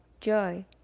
joy